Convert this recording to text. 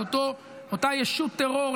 את אותה ישות טרור,